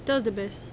that was the best